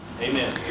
Amen